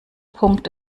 punkt